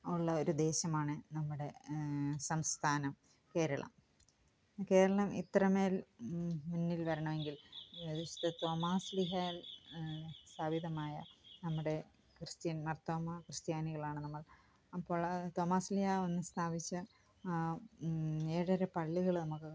ഉള്ള ഒരു ദേശമാണ് നമ്മുടെ സംസ്ഥാനം കേരളം കേരളം ഇത്രമേല് മുന്നില് വരണമെങ്കില് വിശുദ്ധ തോമാശ്ലീഹ സ്ഥാപിതമായ നമ്മുടെ ക്രിസ്റ്റ്യന് മാര്ത്തോമ ക്രിസ്റ്റ്യാനികളാണ് നമ്മള് അപ്പോൾ തോമസ്ലീഹ വന്നു സ്ഥാപിച്ച ഏഴര പള്ളികൾ നമുക്ക് കാണുവാനായിട്ട്